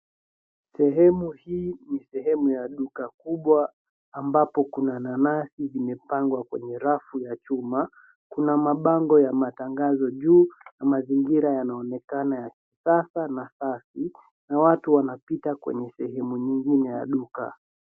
Sehemu hii ni sehemu ya duka kubwa ambapo kuna nanasi zimepangwa kwenye rafu ya chuma, kuna mabango ya matangazo juu, mazingira yanaonekana ya kisasa na safi na watu wanapita kwenye sehemu nyingine ya duka.